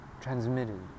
transmitted